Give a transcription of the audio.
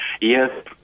Yes